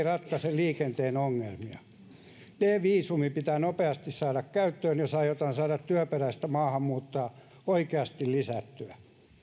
ratkaise liikenteen ongelmia d viisumi pitää nopeasti saada käyttöön jos aiotaan saada työperäistä maahanmuuttoa oikeasti lisättyä